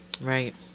Right